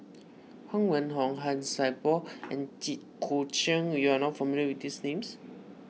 Huang Wenhong Han Sai Por and Jit Koon Ch'ng you are not familiar with these names